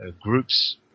groups